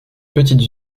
petite